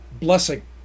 blessing